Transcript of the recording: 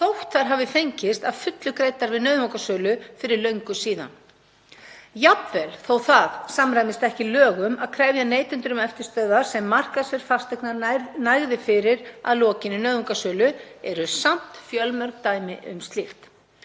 þótt þær hafi fengist að fullu greiddar við nauðungarsölu fyrir löngu. Jafnvel þó að það samræmist ekki lögum að krefja neytendur um eftirstöðvar sem markaðsverð fasteignar nægði fyrir að lokinni nauðungarsölu eru samt fjölmörg dæmi um slíkt.